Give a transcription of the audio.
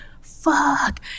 fuck